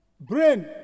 brain